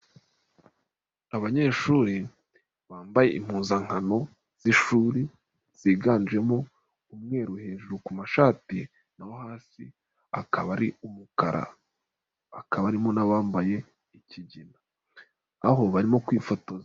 Abanyeshuri bambaye impuzankano z'ishuri ziganjemo umweru hejuru ku mashati naho hasi akaba ari umukara, hakaba harimo n'abambaye ikigina, aho barimo kwifotoza.